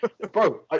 bro